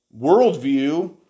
worldview